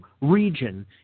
region